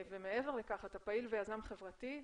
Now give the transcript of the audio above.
מעבר לכך אתה פעיל ויזם חברתי,